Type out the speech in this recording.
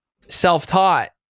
Self-taught